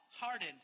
hardened